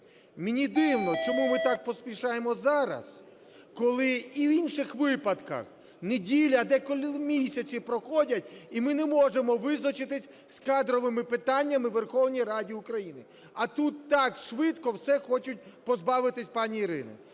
Мені дивно, чому ми так поспішаємо зараз, коли у інших випадках неділя, а деколи місяці проходять, і ми не можемо визначитись з кадровими питаннями у Верховній Раді України. А тут так швидко все хочуть позбавитись пані Ірини.